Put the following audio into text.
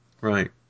right